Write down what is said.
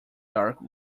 dark